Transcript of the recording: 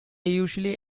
usually